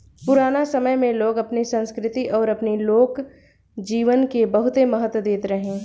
पुराना समय में लोग अपनी संस्कृति अउरी अपनी लोक जीवन के बहुते महत्व देत रहे